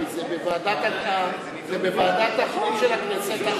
הרי זה בוועדת הפנים של הכנסת,